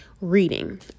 reading